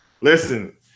listen